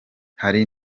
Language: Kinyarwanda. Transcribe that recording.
hari